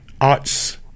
arts